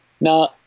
now